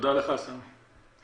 תודה לך, סמי.